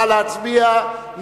נא להצביע.